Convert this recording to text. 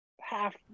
half